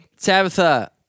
Tabitha